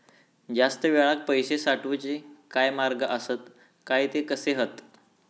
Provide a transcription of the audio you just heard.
जास्त वेळाक पैशे साठवूचे काय मार्ग आसत काय ते कसे हत?